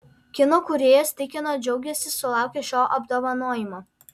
kino kūrėjas tikino džiaugiasi sulaukęs šio apdovanojimo